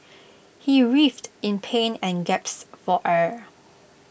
he writhed in pain and gasped for air